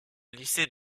lycée